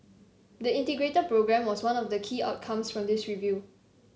the Integrated Programme was one of the key outcomes from this review